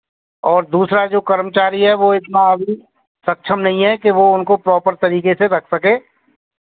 और दूसरा जो कर्मचारी है वह इतना अभी सक्षम नहीं है कि वो उनको प्रॉपर तरीके से रख सके